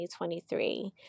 2023